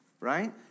right